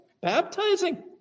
baptizing